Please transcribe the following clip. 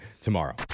tomorrow